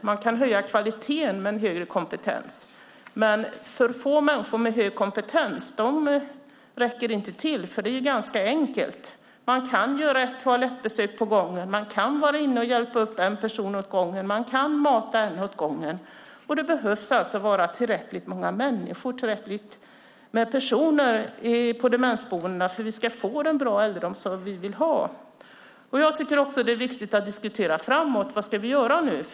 Man kan höja kvaliteten med högre kompetens, men alltför få människor med hög kompetens räcker inte till, vilket är ganska enkelt att förstå. Man kan bara göra ett toalettbesök åt gången, man kan bara hjälpa upp en person åt gången, man kan bara mata en åt gången. Det behöver alltså finnas tillräckligt många personer på demensboendena för att vi ska få den goda äldreomsorg som vi vill ha. Det är dessutom viktigt att diskutera framtiden och vad vi ska göra nu.